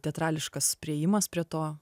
teatrališkas priėjimas prie to